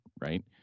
right